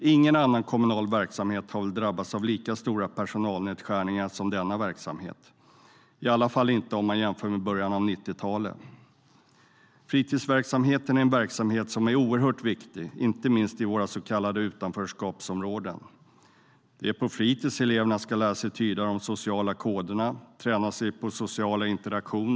Ingen annan kommunal verksamhet har väl drabbats av lika stora personalnedskärningar som denna verksamhet, i alla fall inte om man jämför med början av 90-talet. Fritidsverksamheten är oerhört viktig, inte minst i våra så kallade utanförskapsområden. Det är på fritids eleverna ska lära sig tyda de sociala koderna och träna sig på social interaktion.